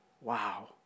Wow